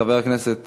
חבר הכנסת